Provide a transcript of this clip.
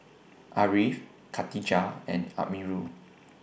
Ariff Katijah and Amirul